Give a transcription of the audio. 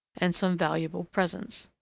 and some valuable presents.